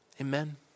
amen